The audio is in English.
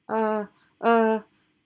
uh uh